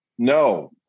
No